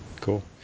Cool